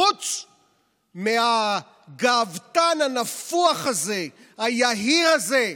חוץ מהגאוותן הנפוח הזה, היהיר הזה,